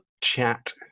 chat